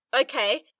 okay